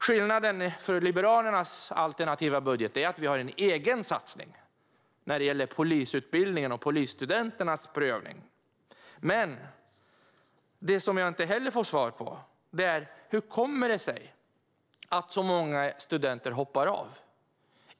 Skillnaden i Liberalernas alternativa budget är att vi har en egen satsning på polisutbildning och prövning av polisstudenter. En annan fråga, som jag inte heller fått svar på, är: Hur kommer det sig att så många studenter hoppar av?